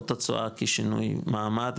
או תוצאה כי שינוי מעמד,